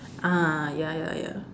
ah ya ya ya